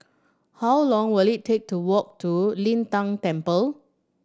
how long will it take to walk to Lin Tan Temple